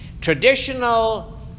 Traditional